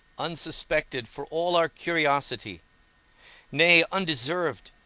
unsuspected for all our curiosity nay, undeserved,